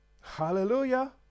Hallelujah